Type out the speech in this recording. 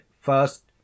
first